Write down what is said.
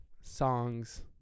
songs